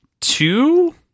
two